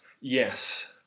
Yes